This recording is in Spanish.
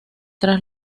tras